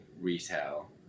retail